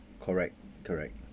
correct correct